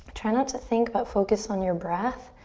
try not to think, but focus on your breath.